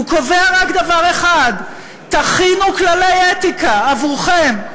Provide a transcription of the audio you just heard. הוא קובע רק דבר אחד: תכינו כללי אתיקה עבורכם,